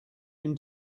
him